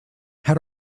had